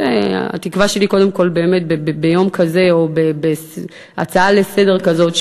התקווה שלי קודם כול ביום כזה או בהצעה כזאת לסדר-היום,